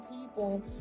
people